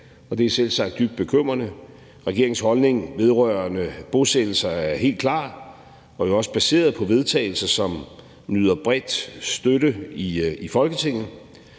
det er selvsagt dybt bekymrende. Regeringens holdning vedrørende bosættelser er helt klar og jo også baseret på vedtagelser, som nyder bred støtte i Folketinget: